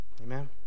amen